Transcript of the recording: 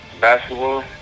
Basketball